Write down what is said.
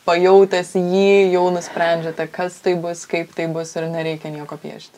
pajautęs jį jau nusprendžiate kas tai bus kaip tai bus ir nereikia nieko piešti